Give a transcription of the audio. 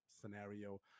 scenario